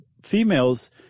Females